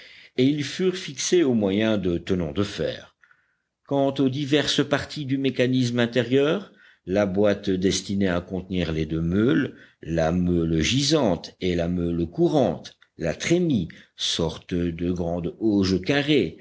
et ils furent fixés au moyen de tenons de fer quant aux diverses parties du mécanisme intérieur la boîte destinée à contenir les deux meules la meule gisante et la meule courante la trémie sorte de grande auge carrée